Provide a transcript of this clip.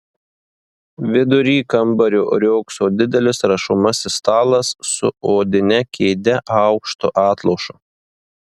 vidury kambario riogso didelis rašomasis stalas su odine kėde aukštu atlošu